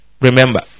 Remember